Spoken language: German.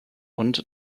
und